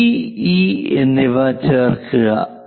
D E D E എന്നിവ ചേർക്കുക